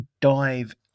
dive